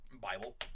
bible